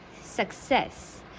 success